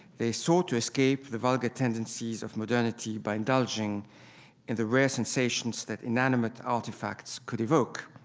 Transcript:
they sought to escape the vulgar tendencies of modernity by indulging in the rare sensations that inanimate artifacts could evoke.